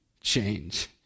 change